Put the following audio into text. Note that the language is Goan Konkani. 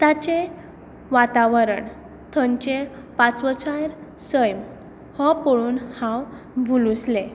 ताचें वातावरण थंयचें पाचवोचार सैम हो पळोवन हांव भुल्लूसलें